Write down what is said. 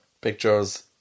pictures